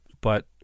but-